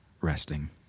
resting